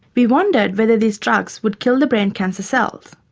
we wondered whether these drugs would kill the brain cancer cells.